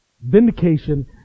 vindication